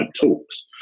talks